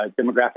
demographic